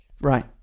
Right